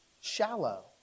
shallow